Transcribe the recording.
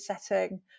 setting